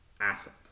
asset